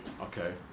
okay